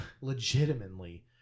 legitimately